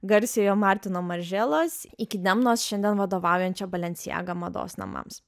garsiojo martino marželos iki demnos šiandien vadovaujančio balencijaga mados namams